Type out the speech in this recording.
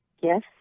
Yes